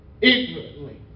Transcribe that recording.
ignorantly